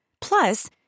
Plus